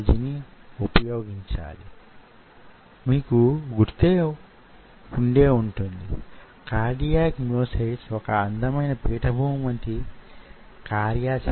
మరో మాటలో చెప్పాలంటే శక్తికి సంబంధించిన భాగాలు యీ విధమైన పద్ధతిలోని వన్న విషయం తెలిసిందే